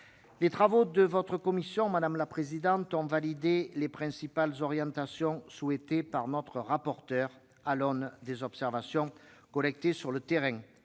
Les travaux de votre commission, madame la présidente, ont validé les principales orientations défendues par Mme le rapporteur à l'aune des observations collectées sur le terrain,